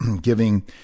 giving